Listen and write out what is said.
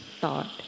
thought